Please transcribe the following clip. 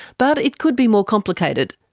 but it could be more complicated.